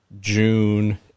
June